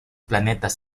planetas